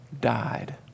died